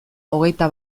hogeita